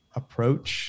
approach